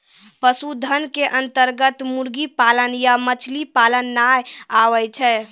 पशुधन के अन्तर्गत मुर्गी पालन या मछली पालन नाय आबै छै